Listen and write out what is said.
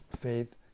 faith